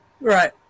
Right